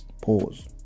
pause